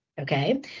okay